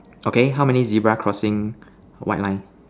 okay how many zebra crossing white line